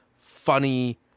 funny